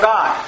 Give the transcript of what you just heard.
God